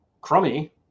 crummy